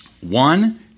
one